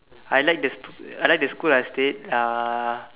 I like the sc~ I like the school I stayed uh